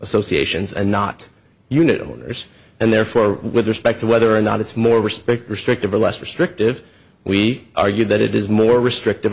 associations and not unit orders and therefore with respect to whether or not it's more respect restrictive or less restrictive we argued that it is more restrictive on